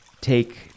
take